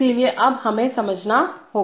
इसलिए अब हमें समझना होगा